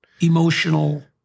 Emotional